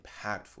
impactful